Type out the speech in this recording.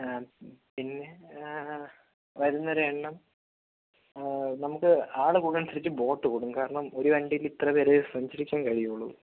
പിന്നെ വരുന്നവരുടെ എണ്ണം നമുക്ക് ആള് കൂടുന്നതിന് അനുസരിച്ച് ബോട്ട് കൂടും കാരണം ഒരു വണ്ടിയില് ഇത്ര പേരെ സഞ്ചരിക്കാൻ കഴിയുള്ളു